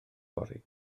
fory